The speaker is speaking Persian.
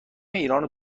ایرانو